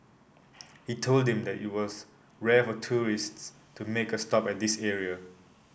he told them that it was rare for tourists to make a stop at this area